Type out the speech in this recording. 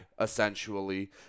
essentially